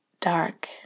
dark